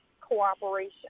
cooperation